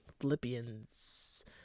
Philippians